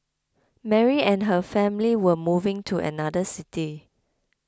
Mary and her family were moving to another city